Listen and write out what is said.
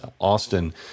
Austin